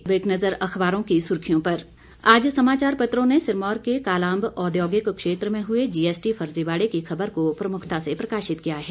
अब एक नजर अखबारों की सुर्खियों पर आज समाचार पत्रों ने सिरमौर के कालाअंब औद्योगिक क्षेत्र में हुए जीएसटी फर्जीवाड़े की खबर को प्रमुखता से प्रकाशित किया है